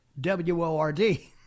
W-O-R-D